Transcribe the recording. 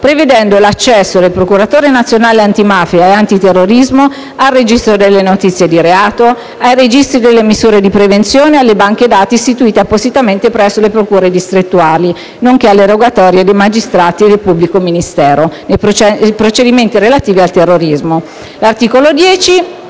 prevedendo l'accesso del procuratore nazionale antimafia e antiterrorismo al registro delle notizie di reato, ai registri delle misure di prevenzione e alle banche dati istituite appositamente presso le procure distrettuali, nonché alle rogatorie dei magistrati del pubblico ministero, formulate nell'ambito di procedimenti relativi ai delitti con